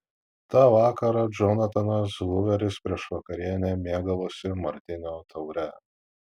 tą vakarą džonatanas huveris prieš vakarienę mėgavosi martinio taure